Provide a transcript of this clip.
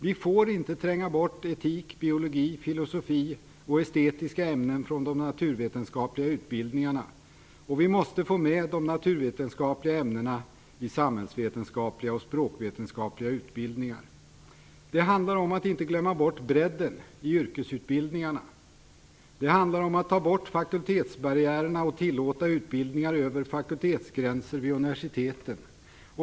Vi får inte tränga bort etik, biologi, filosofi och estetiska ämnen från de naturvetenskapliga utbildningarna, och vi måste få med de naturvetenskapliga ämnena i samhällsvetenskapliga och språkvetenskapliga utbildningar. Det handlar om att inte glömma bort bredden i yrkesutbildningarna. Det handlar om att ta bort fakultetsbarriärerna och tillåta utbildningar över fakultetsgränser vid universiteten.